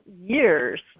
years